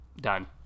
Done